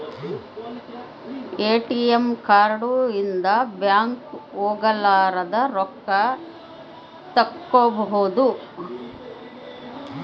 ATM card ಇಂದ bank ಹೋಗಲಾರದ ರೊಕ್ಕ ತಕ್ಕ್ಕೊಬೊದು